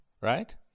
right